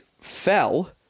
fell